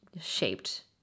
shaped